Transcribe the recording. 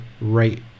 right